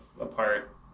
apart